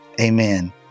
amen